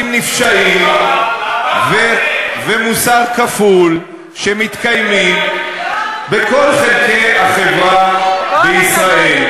נפשעים ומוסר כפול שמתקיימים בכל חלקי החברה בישראל.